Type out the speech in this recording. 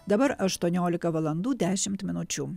dabar aštuoniolika valandų dešimt minučių